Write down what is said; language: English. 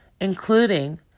including